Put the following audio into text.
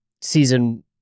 season